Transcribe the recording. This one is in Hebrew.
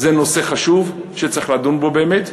זה נושא חשוב שצריך לדון בו באמת: